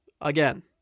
again